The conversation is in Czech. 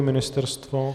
Ministerstvo?